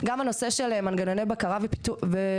גם הנושא של מנגנוני בקרה ומנגנונים